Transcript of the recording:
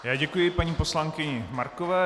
Já děkuji paní poslankyni Markové.